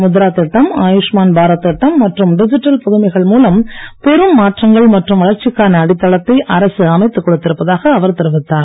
முத்ரா திட்டம் ஆயூஷ்மான் பாரத் திட்டம் மற்றும் டிஜிட்டல் புதுமைகள் மூலம் பெரும் மாற்றங்கள் மற்றும் வளர்ச்சிக்கான அடித்தளத்தை அரசு அமைத்துக் கொடுத்திருப்பதாக அவர் தெரிவித்தார்